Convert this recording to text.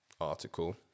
article